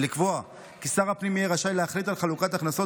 ולקבוע כי שר הפנים יהיה רשאי להחליט על חלוקת הכנסות,